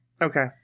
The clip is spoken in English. Okay